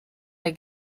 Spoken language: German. der